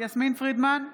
יסמין פרידמן,